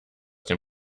dem